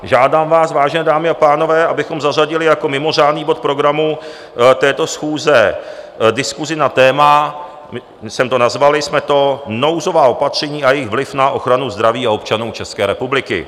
Žádám vás, vážené dámy a pánové, abychom zařadili jako mimořádný bod programu této schůze diskuzi na téma nazvali jsme to Nouzová opatření a jejich vliv na ochranu zdraví občanů České republiky.